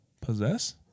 Possess